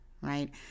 Right